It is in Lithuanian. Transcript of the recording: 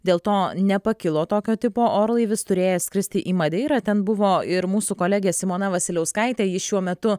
dėl to nepakilo tokio tipo orlaivis turėjęs skristi į madeirą ten buvo ir mūsų kolegė simona vasiliauskaitė ji šiuo metu